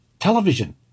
television